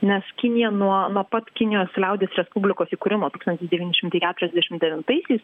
nes kinija nuo nuo pat kinijos liaudies respublikos įkūrimo tūkstantis devyni šimtai keturiasdešim devintaisiais